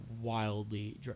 wildly